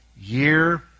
year